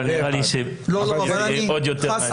נראה לי שזה יהיה עוד יותר מעניין.